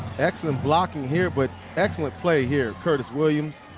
excellent blocking here. but excellent play here curtis williams.